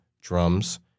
drums